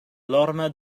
lorna